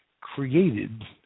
created